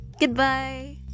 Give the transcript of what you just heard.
goodbye